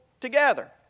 together